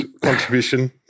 contribution